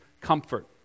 comfort